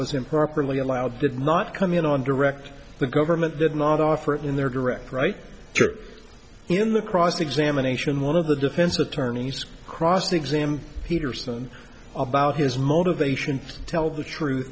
was improperly allowed did not come in on direct the government did not offer in their direct right in the cross examination one of the defense attorneys cross examined peterson about his motivation to tell the truth